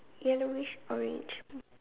yellowish orange